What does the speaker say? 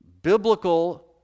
Biblical